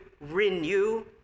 renew